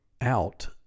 out